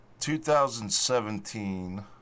2017